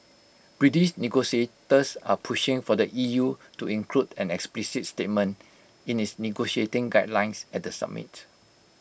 British negotiators are pushing for the EU to include an explicit statement in its negotiating guidelines at the summit